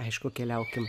aišku keliaukim